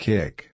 Kick